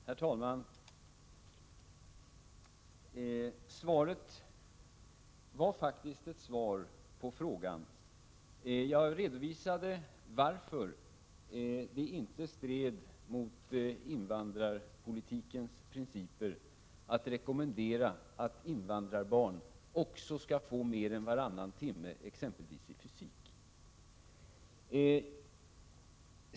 Herr talman! Svaret var faktiskt ett svar på frågan. Jag redovisade varför det inte strider mot invandrarpolitikens principer att rekommendera att invandrarbarn också skall få mer än varannan timme i exempelvis fysik.